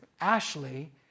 Ashley